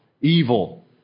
evil